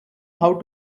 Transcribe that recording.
how